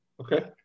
Okay